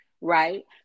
Right